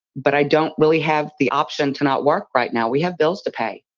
but i don't really have the option to not work. right now, we have bills to pay